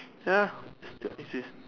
ya this is